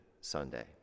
Sunday